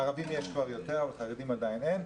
ערבים יש כבר יותר, וחרדים עדיין אין.